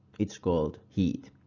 it's called heat.